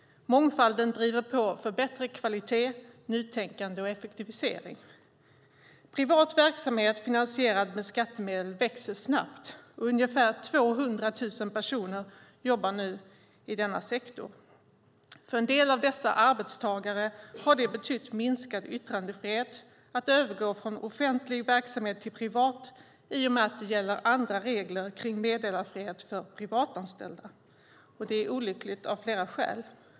Mångfalden driver på för förbättrad kvalitet, nytänkande och effektivisering. Privat verksamhet finansierad med skattemedel växer snabbt, och ungefär 200 000 personer jobbar nu i denna sektor. För en del av dessa arbetstagare har det betytt minskad yttrandefrihet att övergå från offentlig verksamhet till privat i och med att det gäller andra regler kring meddelarfrihet för privatanställda. Det är olyckligt av flera skäl.